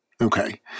Okay